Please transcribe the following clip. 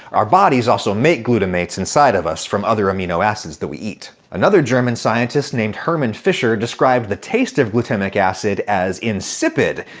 our bodies also make glutimates inside of us from other amino acids we eat. another german scientist named hermann fischer described the taste of glutamic acid as insipid.